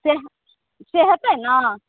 से से हेतै ने